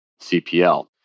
CPL